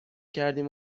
کردیم